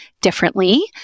differently